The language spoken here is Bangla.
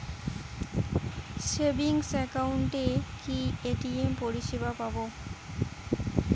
সেভিংস একাউন্টে কি এ.টি.এম পরিসেবা পাব?